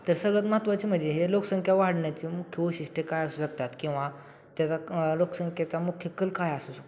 तर सर्वात महत्वाचे म्हणजे हे लोकसंख्या वाढण्याचे मुख्य वैशिष्ट्य काय असू शकतात किंवा त्याचा लोकसंख्याचा मुख्य कल काय असू शकतात